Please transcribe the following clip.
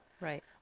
Right